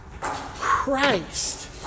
Christ